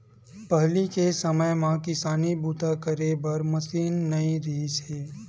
पहिली के समे म किसानी बूता करे बर मसीन नइ रिहिस हे